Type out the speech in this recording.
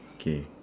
K